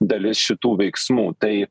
dalis šitų veiksmų tai